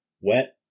Wet